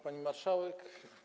Pani Marszałek!